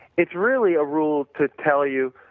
it's really a rule to tell you,